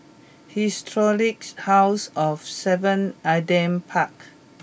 Historic House of seven Adam Park